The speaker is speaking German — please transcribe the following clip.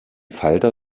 falter